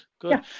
good